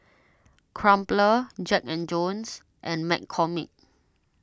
Crumpler Jack and Jones and McCormick